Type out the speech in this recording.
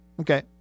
Okay